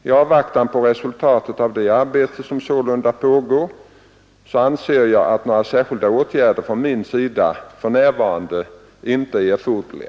I avvaktan på resultatet av det arbete som sålunda pågår anser jag att några särskilda åtgärder från min sida för närvarande inte är erforderliga.